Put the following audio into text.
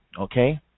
Okay